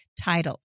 title